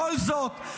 בכל זאת,